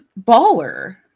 baller